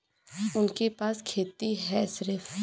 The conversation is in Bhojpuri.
उनके पास खेती हैं सिर्फ